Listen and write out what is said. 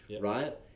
right